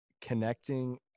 connecting